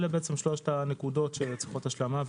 אלה שלוש הנקודות שצריכות השלמה.